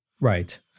Right